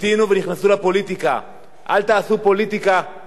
אל תעשו פוליטיקה על חשבון ביטחון מדינת ישראל,